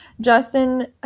Justin